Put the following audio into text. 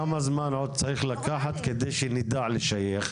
כמה זמן עוד צריך לקחת כדי שנדע לשייך?